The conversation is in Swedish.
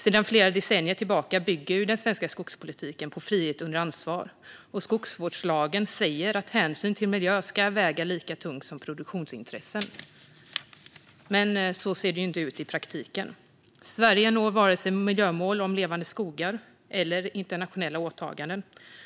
Sedan flera decennier tillbaka bygger den svenska skogspolitiken på frihet under ansvar, och skogsvårdslagen säger att hänsyn till miljö ska väga lika tungt som produktionsintressen. Men så ser det ju inte ut i praktiken. Sverige når varken miljömål om levande skogar eller internationella åtaganden